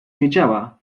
wiedziała